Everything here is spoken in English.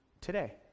today